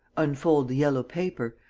unfold the yellow paper,